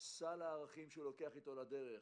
סל הערכים שהוא לוקח אתו לדרך,